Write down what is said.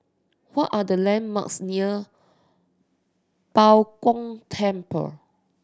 what are the landmarks near Bao Gong Temple